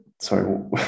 sorry